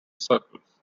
circles